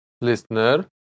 Listener